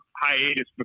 hiatus